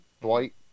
Dwight